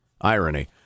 Irony